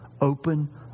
Open